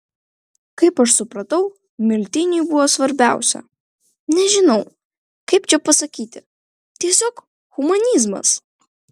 kaip aš supratau miltiniui buvo svarbiausia nežinau kaip čia pasakyti tiesiog humanizmas